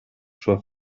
sua